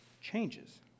changes